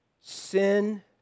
sin